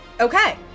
Okay